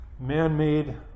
man-made